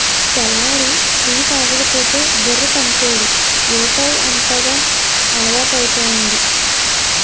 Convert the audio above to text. తెల్లారి టీ తాగకపోతే బుర్ర పనిచేయదు ఏటౌ అంతగా అలవాటైపోయింది